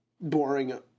boring